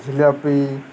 jalebi